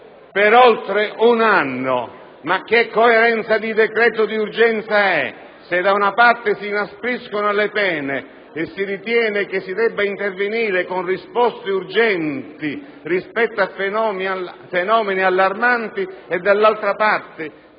per oltre un anno? Mi chiedo dove sia la coerenza del decreto d'urgenza se, da una parte, si inaspriscono le pene e si ritiene che si debba intervenire con risposte urgenti rispetto a fenomeni allarmanti e, dall'altra,